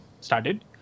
started